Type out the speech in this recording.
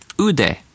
Ude